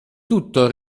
tutto